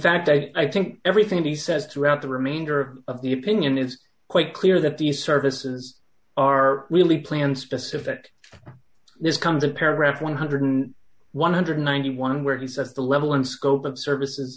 fact i think everything he says throughout the remainder of the opinion is quite clear that these services are really planned specific there's condor paragraph ten thousand one hundred and ninety one where he's at the level and scope of services